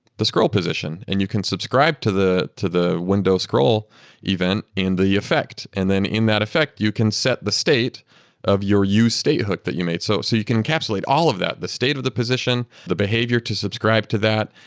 the scroll position and you can subscribe to the to the window scroll event in the effect. and then in that effect, you can set the state of your use state hook that you made so so you can encapsulate all of that, the state of the position, the behavior to subscribe to that,